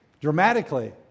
dramatically